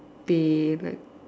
they like